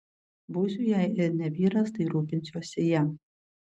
būsiu jei ir ne vyras tai rūpinsiuosi ja